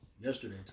Yesterday